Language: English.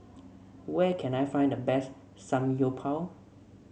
where can I find the best Samgyeopsal